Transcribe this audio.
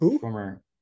former